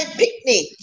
picnic